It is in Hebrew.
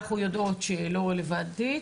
אנחנו יודעות שהיא לא רלוונטית,